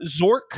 Zork